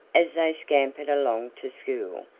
as they scampered along to school.